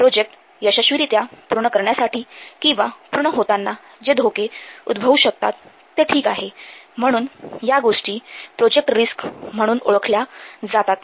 project यशस्वीरीत्या पूर्ण करण्यासाठी किंवा पूर्ण करताना जे धोके उद्भवू शकतात ते ठीक आहे म्हणून या गोष्टी प्रोजेक्ट रिस्क्स म्हणून ओळखल्या जातात